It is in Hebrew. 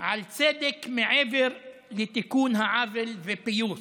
על צדק מעבר לתיקון העוול ופיוס.